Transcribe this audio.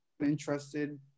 interested